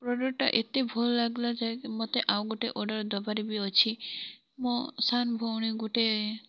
ପ୍ରଡ଼କ୍ଟଟା ଏତେ ଭଲ୍ ଲାଗ୍ଲା ଯେ ମତେ ଆଉ ଗୁଟେ ଅର୍ଡ଼ର୍ ଦେବାର୍ ବି ଅଛି ମୋ ସାନ୍ ଭୋଉଣୀ ଗୁଟେ